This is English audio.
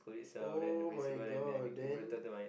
[oh]-my-god then